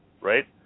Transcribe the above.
Right